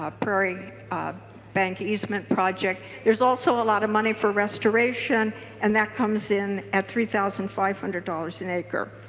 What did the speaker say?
ah prairie bank easement projects there's also a lot of money for restoration and that comes in at three thousand five hundred dollars an acre.